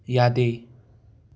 ꯌꯥꯗꯦ